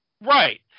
right